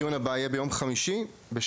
הדיון הבא יהיה ביום חמישי בשעה